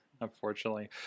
Unfortunately